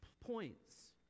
points